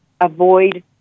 avoid